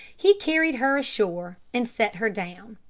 he carried her ashore, and set her down,